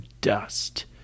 dust